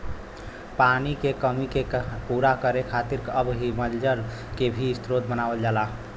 पानी के कमी के पूरा करे खातिर अब हिमजल के भी स्रोत बनावल जाला